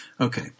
Okay